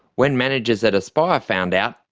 when managers at aspire found out,